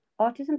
autism